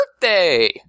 birthday